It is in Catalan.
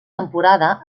temporada